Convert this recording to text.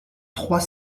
trois